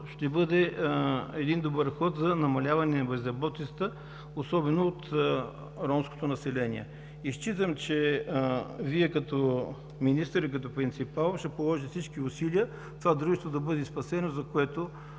ще бъде един добър ход за намаляване на безработицата, особено от ромското население. Считам, че Вие като министър и принципал ще положите всички усилия Дружеството да бъде спасено. Ще